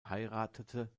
heiratete